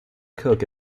coke